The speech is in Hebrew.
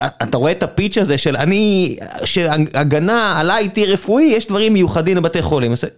אתה רואה את הפיצ' הזה של אני, של הגנה הלייטי-רפואי, יש דברים מיוחדים לבתי חולים.